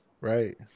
right